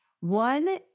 One